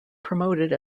promoted